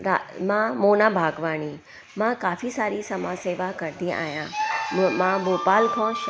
धा मां मोना भागवाणी मां काफ़ी सारी समाज सेवा कंदी आहियां मां भोपाल खां